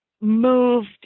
moved